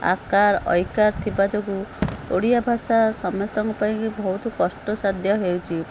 ଆ କାର ଐ କାର ଥିବା ଯୋଗୁଁ ଓଡ଼ିଆ ଭାଷା ସମସ୍ତଙ୍କ ପାଇଁକି ବହୁତ କଷ୍ଟ ସାଧ୍ୟ ହେଉଛି